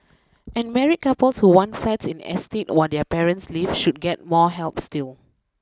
and married couples who want flats in estates where their parents live should get more help still